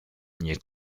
nie